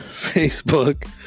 Facebook